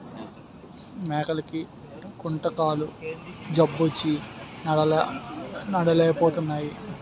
మేకలకి కుంటుకాలు జబ్బొచ్చి నడలేపోతున్నాయి